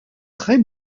très